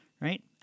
Right